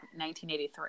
1983